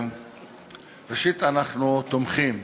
ראשית, אנחנו תומכים